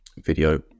video